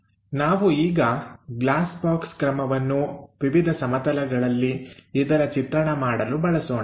ನಾವು ಈಗ glass box ಕ್ರಮವನ್ನು ವಿವಿಧ ಸಮತಲಗಳಲ್ಲಿ ಇದರ ಚಿತ್ರಣ ಮಾಡಲು ಬಳಸೋಣ